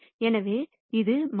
எனவே அது 1 3 4 ஆக இருக்கும்